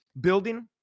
building